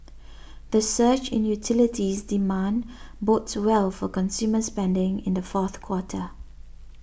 the surge in utilities demand bodes well for consumer spending in the fourth quarter